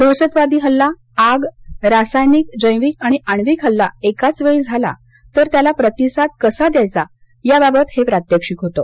दहशतवादी हल्ला आग रासायनिक जैविक आणि आणिवक हल्ला एकाच वेळी झाला तर त्याला प्रतिसाद कसा द्यायचा याबाबत हे प्रात्यक्षिक होतं